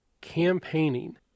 campaigning